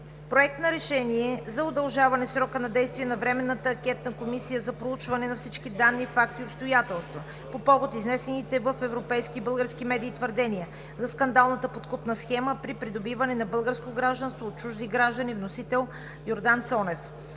Проект на решение за удължаване срока на действие на Временната анкетна комисия за проучване на всички данни, факти и обстоятелства по повод изнесените в европейски и български медии твърдения за скандалната подкупна схема при придобиване на българско гражданство от чужди граждани. Вносител – Йордан Цонев.